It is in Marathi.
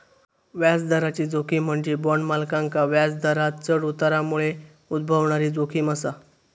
व्याजदराची जोखीम म्हणजे बॉण्ड मालकांका व्याजदरांत चढ उतारामुळे उद्भवणारी जोखीम असा